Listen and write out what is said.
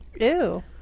Ew